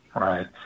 Right